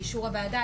באישור הוועדה,